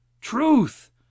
truth